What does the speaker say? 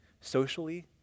socially